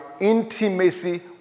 intimacy